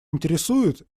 интересует